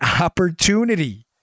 opportunity